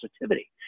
positivity